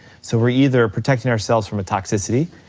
so we're either protecting ourselves from a toxicity,